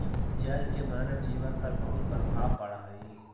जल के मानव जीवन पर बहुत प्रभाव पड़ऽ हई